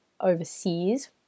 overseas